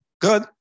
Good